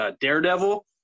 Daredevil